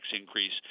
increase